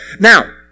Now